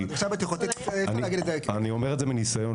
אני אומר את זה מניסיון,